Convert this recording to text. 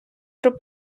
про